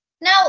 Now